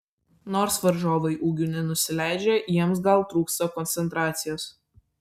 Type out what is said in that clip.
nors varžovai ūgiu nenusileidžia jiems gal trūksta koncentracijos